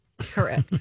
Correct